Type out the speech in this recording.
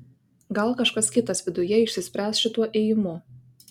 gal kažkas kitas viduje išsispręs šituo ėjimu